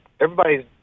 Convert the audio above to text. everybody's